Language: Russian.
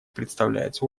представляется